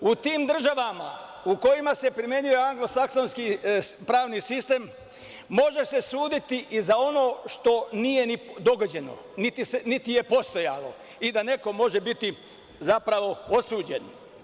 U tim državama u kojima se primenjuje anglosaksonski pravni sistem može se suditi i za ono što se nije dogodilo, niti je postojalo i da neko može biti zapravo osuđen.